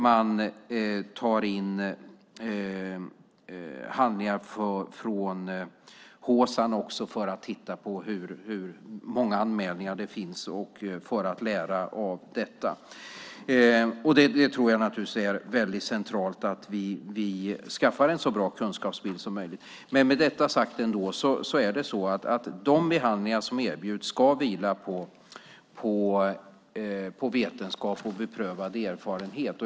Man tar också in handlingar från HSAN för att se hur många anmälningar som gjorts och för att lära av detta. Det är naturligtvis centralt att vi skaffar en så pass bra kunskapsbild som möjligt. Med detta sagt ska de behandlingar som erbjuds vila på vetenskap och beprövad erfarenhet.